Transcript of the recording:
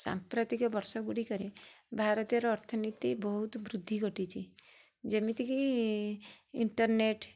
ସାମ୍ପ୍ରତିକବର୍ଷ ଗୁଡ଼ିକରେ ଭାରତର ଅର୍ଥନୀତି ବହୁତ ବୃଦ୍ଧି ଘଟିଛି ଯେମିତିକି ଇଣ୍ଟରନେଟ୍